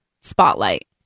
spotlight